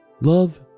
Love